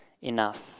enough